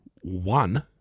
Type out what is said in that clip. One